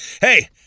Hey